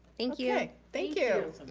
thank you. thank you.